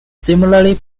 similarly